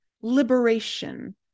liberation